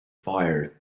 fire